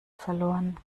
verloren